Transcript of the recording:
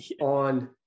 on